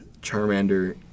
Charmander